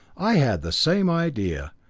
i had the same idea.